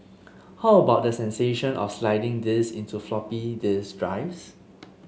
how about the sensation of sliding these into floppy disk drives